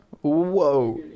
Whoa